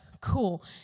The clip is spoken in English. cool